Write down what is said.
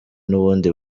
n’ubundi